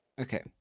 Okay